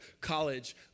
college